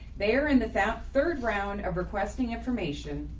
they are in the fat third round of requesting information.